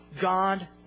God